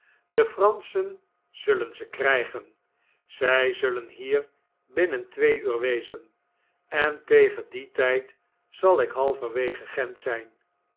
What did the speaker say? de franschen zullen ze krijgen zij zullen hier binnen twee uur wezen en tegen dien tijd zal ik halverwege gent zijn